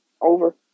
Over